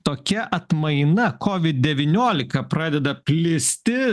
tokia atmaina covid devyniolika pradeda plisti